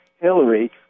Hillary